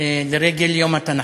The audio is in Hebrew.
לרגל יום התנ"ך.